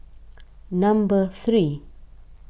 number three